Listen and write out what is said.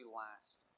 last